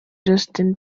justin